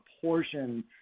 portion